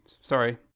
Sorry